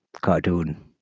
cartoon